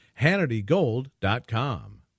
hannitygold.com